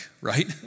right